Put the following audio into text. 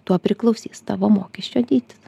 tuo priklausys tavo mokesčio dydis